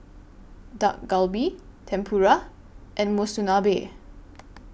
Dak Galbi Tempura and Monsunabe